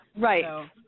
Right